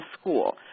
school